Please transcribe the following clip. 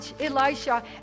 Elisha